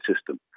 system